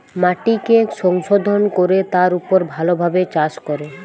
মাটিকে সংশোধন কোরে তার উপর ভালো ভাবে চাষ করে